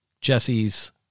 Jesse's